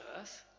Earth